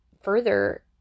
further